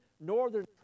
northern